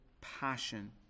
passion